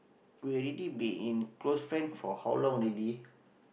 we already been in close friend for how long already